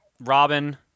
Robin